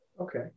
Okay